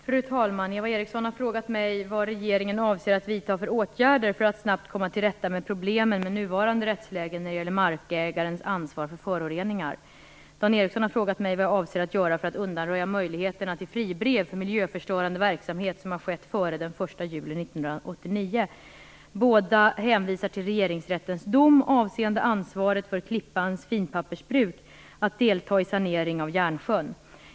Fru talman! Eva Eriksson har frågat mig om vad regeringen avser att vidta för åtgärder för att snabbt komma till rätta med problemen med nuvarande rättsläge när det gäller markägarens ansvar för föroreningar. Dan Ericsson har frågat mig vad jag avser att göra för att undanröja möjligheterna till fribrev för miljöförstörande verksamhet som har skett före den 1 juli 1989. Båda hänvisar till Regeringsrättens dom avseende ansvaret för Klippans Finpappersbruk att delta i sanering av Järnsjön.